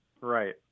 Right